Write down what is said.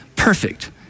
perfect